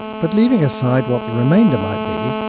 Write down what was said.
but leaving aside what the remainder might be,